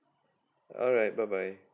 alright bye bye